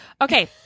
Okay